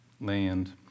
land